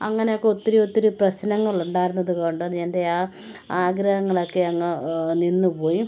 അങ്ങനെയൊക്കെ ഒത്തിരി ഒത്തിരി പ്രശ്നങ്ങളുണ്ടായിരുന്നത് കൊണ്ടും എൻ്റെ ആ ആഗ്രഹങ്ങളൊക്കെയങ്ങ് നിന്നുപോയി